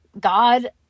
God